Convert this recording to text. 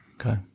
Okay